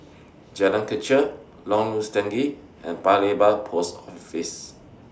Jalan Kechil Lorong Stangee and Paya Lebar Post Office